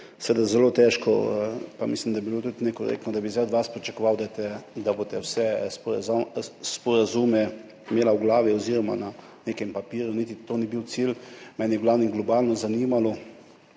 zelo težko, pa mislim, da bi bilo tudi nekorektno, da bi zdaj od vas pričakoval, da boste vse sporazume imeli v glavi oziroma na nekem papirju. To niti ni bil cilj. Mene je v glavnem globalno zanimalo,